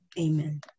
amen